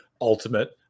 Ultimate